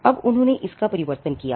अब उन्होंने इसका परिवर्तन किया है